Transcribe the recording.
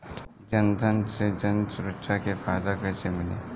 जनधन से जन सुरक्षा के फायदा कैसे मिली?